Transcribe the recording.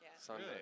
Sunday